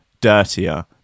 dirtier